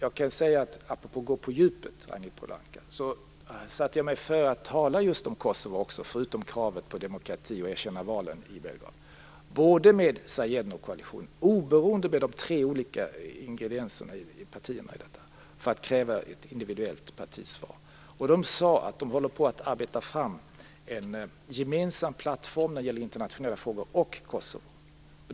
Apropå att gå på djupet, Ragnhild Pohanka, satte jag mig före att, förutom kravet på demokrati och erkännande av valen i Belgrad, tala om just Kosovo med Zajednokoalitionen och med de tre olika ingredienserna i partierna för att kräva ett individuellt partisvar. De sade att de håller på att arbeta fram en gemensam plattform när det gäller internationella frågor och Kosovo.